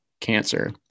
cancer